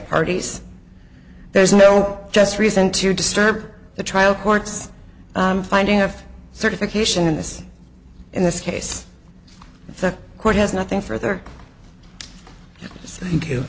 parties there's no just reason to disturb the trial courts i'm finding have certification in this in this case the court has nothing further